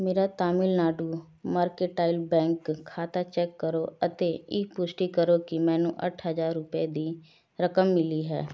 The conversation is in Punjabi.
ਮੇਰਾ ਤਾਮਿਲਨਾਡੂ ਮਰਕੇਟਾਈਲ ਬੈਂਕ ਖਾਤਾ ਚੈੱਕ ਕਰੋ ਅਤੇ ਇਹ ਪੁਸ਼ਟੀ ਕਰੋ ਕੀ ਮੈਨੂੰ ਅੱਠ ਹਜ਼ਾਰ ਰੁਪਏ ਦੀ ਰਕਮ ਮਿਲੀ ਹੈ